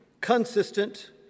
consistent